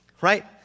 right